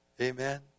Amen